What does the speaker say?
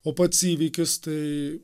o pats įvykis tai